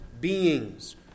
beings